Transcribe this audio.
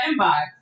inbox